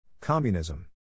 Communism